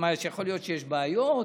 יכול להיות שיש בעיות,